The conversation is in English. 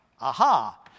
aha